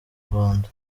rwanda